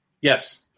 Yes